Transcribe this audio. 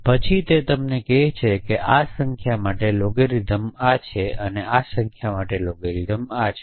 પછી તે તમને કહે છે કે આ સંખ્યા માટે લોગરીધમ આ છે અને આ સંખ્યા માટે લોગરીધમ આ છે